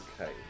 Okay